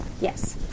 Yes